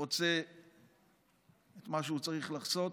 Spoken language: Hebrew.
שחוצה את מה שהוא צריך לחצות,